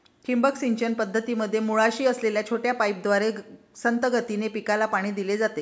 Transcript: ठिबक सिंचन पद्धतीमध्ये मुळाशी असलेल्या छोट्या पाईपद्वारे संथ गतीने पिकाला पाणी दिले जाते